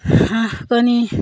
হাঁহ কণী